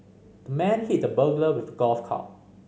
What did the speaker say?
the man hit the burglar with a golf club